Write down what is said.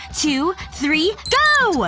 two, three go!